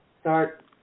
start